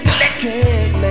Electric